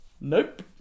Nope